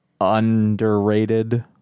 underrated